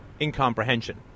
incomprehension